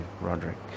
Roderick